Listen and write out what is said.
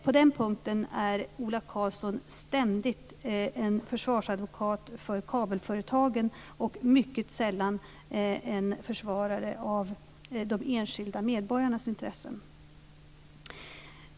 På den punkten är Ola Karlsson ständigt en försvarsadvokat för kabelföretagen och mycket sällan en försvarare av de enskilda medborgarnas intressen.